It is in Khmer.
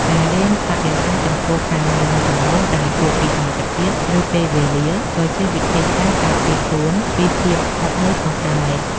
ការរៀនបដិសេធចំពោះការងារមួយចំនួនដែលហួសពីសមត្ថភាព ឬពេលវេលា ក៏ជាវិធីសាស្ត្រការពារខ្លួនពីភាពហត់នឿយផងដែរ។